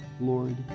Lord